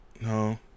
no